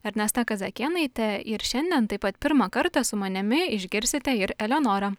ernesta kazakėnaitė ir šiandien taip pat pirmą kartą su manimi išgirsite ir eleonorą